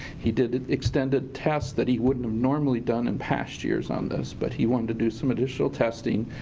he did extend a test that he wouldn't normally done in past years on this. but he wanted to do some additional testing.